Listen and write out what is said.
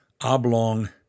oblong